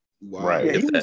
Right